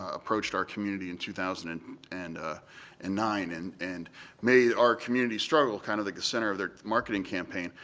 approached our community in two thousand and and ah and nine and and made our community struggle kind of the center of their marketing campaign.